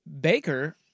Baker